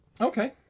Okay